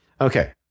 Okay